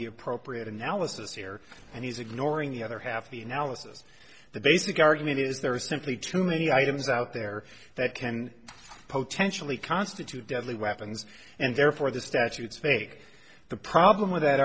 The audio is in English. the appropriate analysis here and he's ignoring the other half of the analysis the basic argument is there are simply too many items out there that can potentially constitute deadly weapons and therefore the statutes fake the problem with that